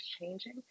changing